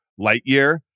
Lightyear